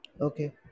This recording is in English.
okay